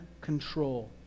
control